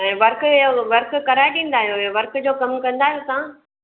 ऐं वर्क इहो वर्क कराए ॾींदा आहियो इहो वर्क जो कमु कंदा आहियो तव्हां